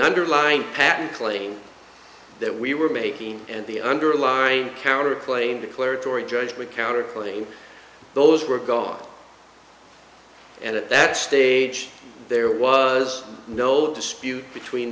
underlying patent claim that we were making and the underlying counterclaim declaratory judgment counterclaim those we're gone and at that stage there was no the dispute between